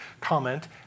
comment